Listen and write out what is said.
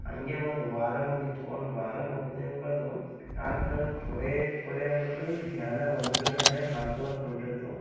ಹಂಗೆ ಒಂದು ವಾರ ಮುಗಿತು ಒಂದುವಾರ ಮುಗ್ದಿಂಬದು ಆಗ ನನಗ ಥೋಡೆ ಥೋಡೆ ಅಂಬುದು ಧ್ಯಾನ ಒಂದ್ರ ಮೇಲೆ ಹಾಕ್ಲಕ್ಕೆ ಹೊಂಟೈತು